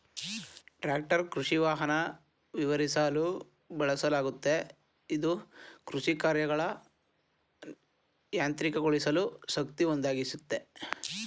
tractor ಕೃಷಿವಾಹನನ ವಿವರಿಸಲು ಬಳಸಲಾಗುತ್ತೆ ಇದು ಕೃಷಿಕಾರ್ಯಗಳನ್ನ ಯಾಂತ್ರಿಕಗೊಳಿಸಲು ಶಕ್ತಿ ಒದಗಿಸುತ್ತೆ